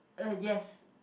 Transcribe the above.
uh yes